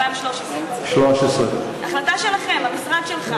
2013. החלטה שלכם, המשרד שלך.